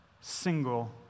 single